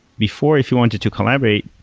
before, if you wanted to collaborate,